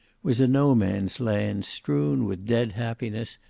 was a no-man's land strewn with dead happiness,